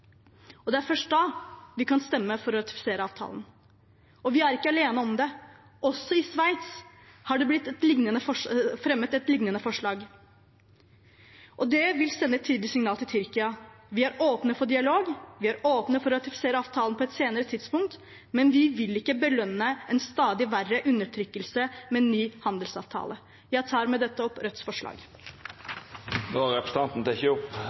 Det er først da vi kan stemme for å ratifisere avtalen. Og vi er ikke alene om det – også i Sveits har det blitt fremmet et lignende forslag. Det vil sende et tydelig signal til Tyrkia: Vi er åpne for dialog, vi er åpne for å ratifisere avtalen på et senere tidspunkt, men vi vil ikke belønne en stadig verre undertrykkelse med en ny handelsavtale. Jeg tar med dette opp Rødts forslag. Representanten